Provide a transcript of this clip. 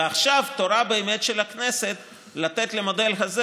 ועכשיו תורה של הכנסת לתת למודל הזה